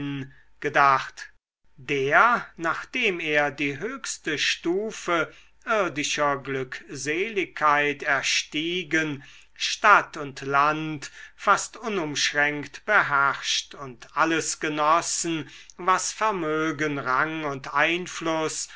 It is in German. gedacht der nachdem er die höchste stufe irdischer glückseligkeit erstiegen stadt und land fast unumschränkt beherrscht und alles genossen was vermögen rang und einfluß